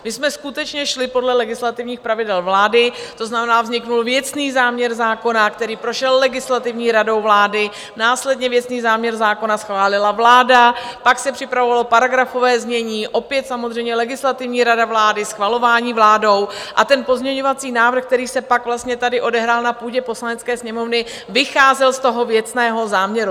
My jsme skutečně šli podle legislativních pravidel vlády, to znamená, vznikl věcný záměr zákona, který prošel Legislativní radou vlády, následně věcný záměr zákona schválila vláda, pak se připravovalo paragrafové znění, opět samozřejmě Legislativní rada vlády, schvalování vládou, a ten pozměňovací návrh, který se pak tady odehrál na půdě Poslanecké sněmovny, vycházel z toho věcného záměru.